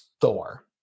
Thor